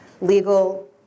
Legal